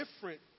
different